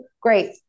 Great